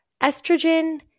estrogen